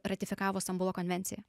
ratifikavus stambulo konvenciją